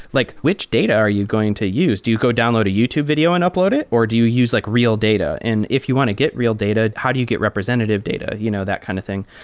like which data are you going to use? do you go download a youtube video and upload it or do you use like real data? and if you want to get real data, how do you get representative data? you know that kind of thing.